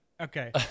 Okay